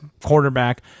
quarterback